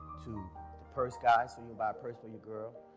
to to purse guy. so you buy a purse for your girl,